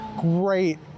great